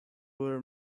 were